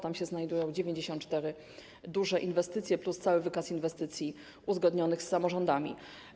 Tam się znajdują 94 duże inwestycje plus cały wykaz inwestycji uzgodnionych z samorządami.